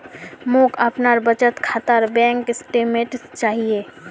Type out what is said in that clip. मोक अपनार बचत खातार बैंक स्टेटमेंट्स चाहिए